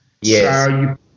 yes